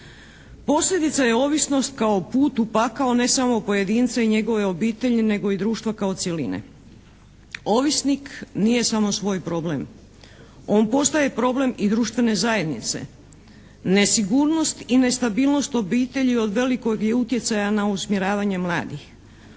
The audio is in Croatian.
Posljedica je ovisnost kao put u pakao ne samo pojedinca i njegove obitelji nego i društva kao cjeline. Ovisnik nije samo svoj problem. On postaje problem i društvene zajednice. Nesigurnost i nestabilnost obitelji od velikog je utjecaja na usmjeravanje mladih.